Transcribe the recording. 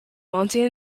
monty